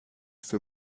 für